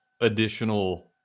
additional